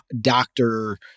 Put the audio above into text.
doctor